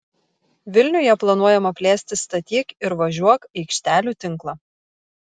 vilniuje planuojama plėsti statyk ir važiuok aikštelių tinklą